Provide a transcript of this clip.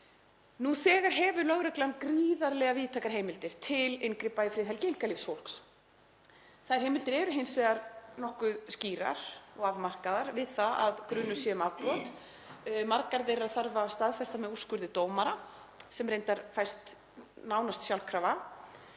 Lögreglan hefur nú þegar gríðarlega víðtækar heimildir til inngripa í friðhelgi einkalífs fólks. Þær heimildir eru hins vegar nokkuð skýrar og afmarkaðar við að grunur sé um afbrot. Margar þeirra þarf að staðfesta með úrskurði dómara, sem fæst reyndar nánast sjálfkrafa,